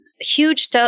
huge